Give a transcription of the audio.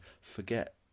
forget